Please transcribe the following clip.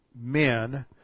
men